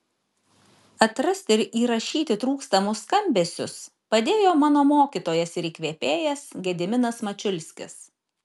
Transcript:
atrasti ir įrašyti trūkstamus skambesius padėjo mano mokytojas ir įkvėpėjas gediminas mačiulskis